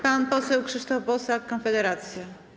Pan poseł Krzysztof Bosak, Konfederacja.